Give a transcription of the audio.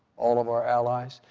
all of our allies?